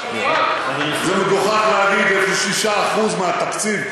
זה מגוחך להגיד: יש לי 6% מהתקציב,